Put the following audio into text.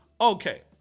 Okay